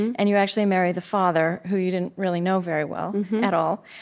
and you actually marry the father, who you didn't really know very well at all.